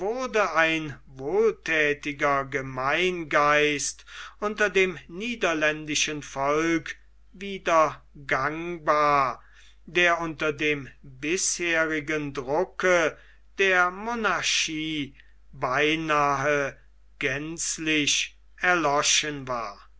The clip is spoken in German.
ein wohlthätiger gemeingeist unter dem niederländischen volke wieder gangbar der unter dem bisherigen drucke der monarchie beinahe gänzlich erloschen war